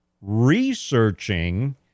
researching